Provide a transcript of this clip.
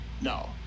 no